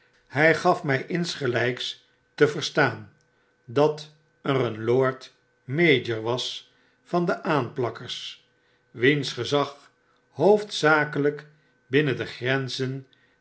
hij gaf mij insgelijks te verstaan dat er een lord mayor was van de aanplakkers wiens gezag hoofdzakelijk binnen de grenzen